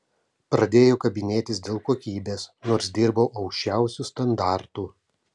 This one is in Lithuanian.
pradėjo kabinėtis dėl kokybės nors dirbau aukščiausiu standartu